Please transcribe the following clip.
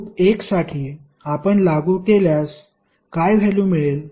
loop 1 साठी आपण लागू केल्यास काय व्हॅल्यु मिळेल